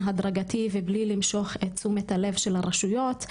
הדרגתי ובלי למשוך את תשומת הלב של הרשויות,